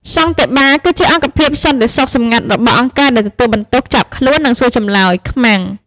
សន្តិបាលគឺជាអង្គភាពសន្តិសុខសម្ងាត់របស់អង្គការដែលទទួលបន្ទុកចាប់ខ្លួន និងសួរចម្លើយ «ខ្មាំង»។